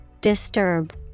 Disturb